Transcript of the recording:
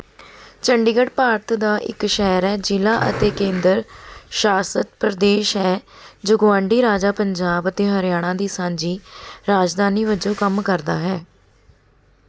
ਚੰਡੀਗੜ੍ਹ ਭਾਰਤ ਦਾ ਇੱਕ ਸ਼ਹਿਰ ਹੈ ਜ਼ਿਲ੍ਹਾ ਅਤੇ ਕੇਂਦਰ ਸ਼ਾਸਤ ਪ੍ਰਦੇਸ਼ ਹੈ ਜੋ ਗੁਆਂਢੀ ਰਾਜਾਂ ਪੰਜਾਬ ਅਤੇ ਹਰਿਆਣਾ ਦੀ ਸਾਂਝੀ ਰਾਜਧਾਨੀ ਵਜੋਂ ਕੰਮ ਕਰਦਾ ਹੈ